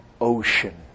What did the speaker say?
ocean